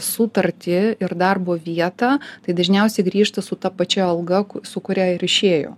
sutartį ir darbo vietą tai dažniausiai grįžta su ta pačia alga su kuria ir išėjo